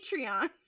Patreon